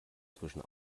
zwischen